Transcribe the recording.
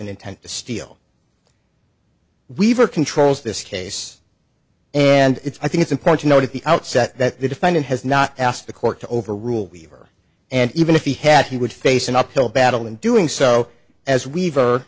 an intent to steal weaver controls this case and it's i think it's important to note at the outset that the defendant has not asked the court to overrule weaver and even if he had he would face an uphill battle in doing so as weaver